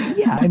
yeah, and